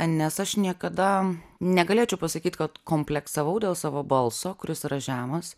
nes aš niekada negalėčiau pasakyt kad kompleksavau dėl savo balso kuris yra žemas